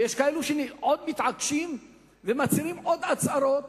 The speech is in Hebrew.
ויש כאלה שעוד מתעקשים ומצהירים הצהרות